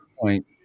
point